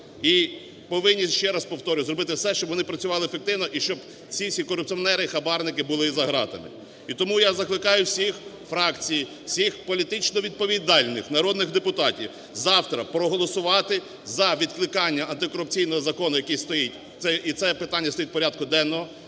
і повинні, ще раз повторюю, зробити все, щоб вони працювали ефективно. І щоб ці всі корупціонери і хабарники були за ґратами. І тому я закликаю всі фракції, всіх політично відповідальних народних депутатів завтра проголосувати за відкликання антикорупційного закону, який стоїть, і це питання стоїть в порядку денному,